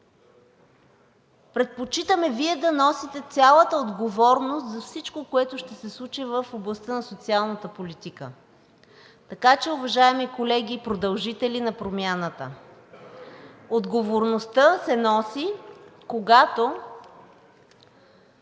предпочитаме Вие да носите цялата отговорност за всичко, което ще се случи в областта на социалната политика. Така че, уважаеми колеги, продължители на промяната, отговорността се носи, когато